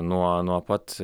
nuo nuo pat